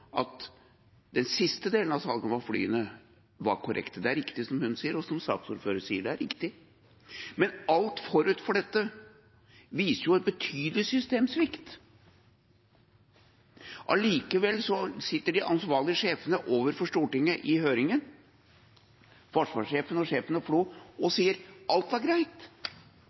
at den siste delen av salget av flyene var korrekt. Det er riktig som hun sier, og som saksordføreren sier, det er riktig, men alt forut for dette viser en betydelig systemsvikt. Allikevel sitter de ansvarlige sjefene overfor Stortinget – forsvarssjefen og sjefen for FLO – og sier i høringen at alt er greit.